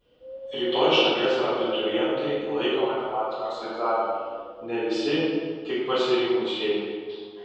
rytoj šalies abiturientai laiko matematikos egzaminą ne visi tik pasirinkusieji